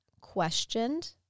questioned